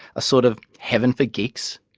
a sort of heaven for geeks,